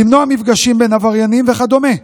למנוע מפגשים בין עבריינים וכדומה.